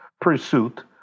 pursuit